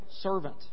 Servant